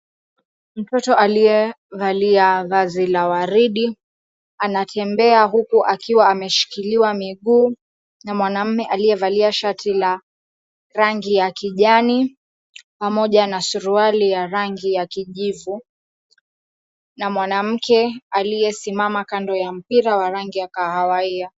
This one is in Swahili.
Mtoto aliyevalia vazi la waridi anatembea huku akiwa ameshikiliwa miguu na mwanamume aliyevalia shati ya rangi ya kijani pamoja na suruali ya rangi ya kijivu, na mwanamke aliyesimama kando ya mpira wa rangi ya kahawia.